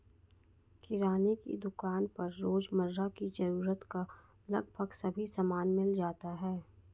किराने की दुकान पर रोजमर्रा की जरूरत का लगभग सभी सामान मिल जाता है